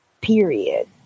period